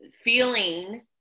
feeling